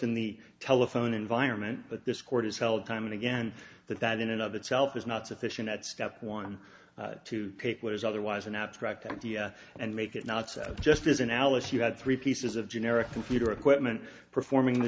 in the telephone environment but this court has held time and again that that in and of itself is not sufficient at step one to take what is otherwise an abstract idea and make it not just as an alice you had three pieces of generic computer equipment performing the